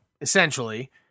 essentially